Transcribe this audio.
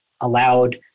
allowed